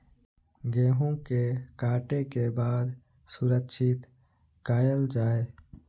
गेहूँ के काटे के बाद सुरक्षित कायल जाय?